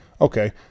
Okay